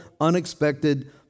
unexpected